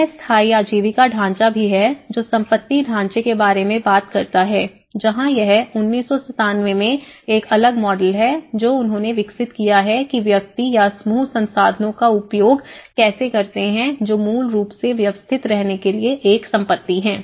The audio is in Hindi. यह स्थायी आजीविका ढांचा भी है जो संपत्ति ढांचे के बारे में बात करता है जहां यह 1997 में एक अलग मॉडल है जो उन्होंने विकसित किया है कि व्यक्ति या समूह संसाधनों का उपयोग कैसे करते हैं जो मूल रूप से व्यवस्थित करने के लिए एक संपत्ति है